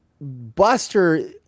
Buster